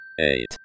eight